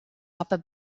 rubber